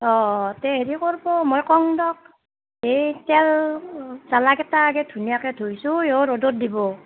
অঁ তে হেৰি কৰিব মই ক'ম দক এই তেল জলা কেইটা আগে ধুনীয়াকৈ ধুই চুই অঁ ৰ'দত দিব